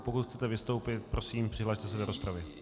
Pokud chcete vystoupit, prosím, přihlaste se do rozpravy.